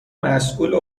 مسوول